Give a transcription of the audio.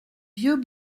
vieux